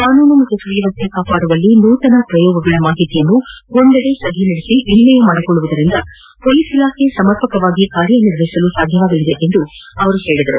ಕಾನೂನು ಸುವ್ದವಸ್ಥೆ ಕಾಪಾಡುವಲ್ಲಿ ನೂತನ ಪ್ರಯೋಗಗಳ ಮಾಹಿತಿಯನ್ನು ಒಂದೆಡೆ ಸಭೆ ನಡೆಸಿ ವಿನಿಮಯ ಮಾಡಿಕೊಳ್ಳುವುದರಿಂದ ಪೊಲೀಸ್ ಇಲಾಖೆ ಸಮರ್ಪಕವಾಗಿ ಕೆಲಸ ಮಾಡಲು ಸಾಧ್ಯವಾಗಲಿದೆ ಎಂದು ಹೇಳಿದರು